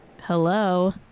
Hello